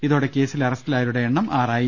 ഇതോടെ കേസിൽ അറസ്റ്റിലായവരുടെ എണ്ണം ആറാ യി